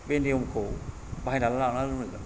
बे नियमखौ बाहायनानै लानो रोंनांगोन